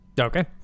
Okay